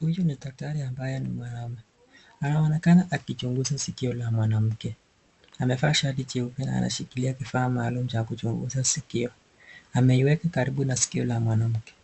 Huyu ni daktari ambae ni mwanaume, anaonekana akichunguza sikio la mwanamke. Amevaa shati jeupe na anashikilia vifaa maalum cha kuchunguza sikio. Ameiweka karibu na sikio la mwanamke.